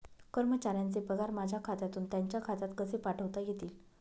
कर्मचाऱ्यांचे पगार माझ्या खात्यातून त्यांच्या खात्यात कसे पाठवता येतील?